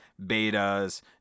betas